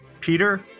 Peter